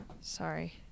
Sorry